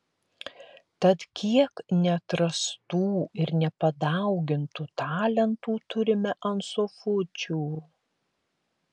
tad kiek neatrastų ir nepadaugintų talentų turime ant sofučių